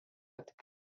tik